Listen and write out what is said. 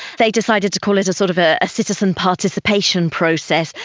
they decided to call it a sort of ah citizen participation process,